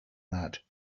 that